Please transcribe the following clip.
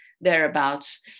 thereabouts